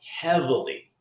heavily